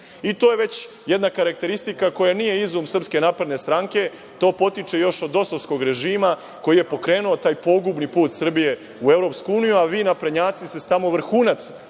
je već jedna karakteristika koja nije izum SNS, to potiče još od DOS-ovskog režima koji je pokrenuo taj pogubni put Srbije u EU, a vi naprednjaci ste samo vrhunac